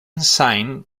signed